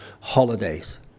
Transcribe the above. holidays